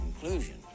conclusion